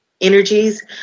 energies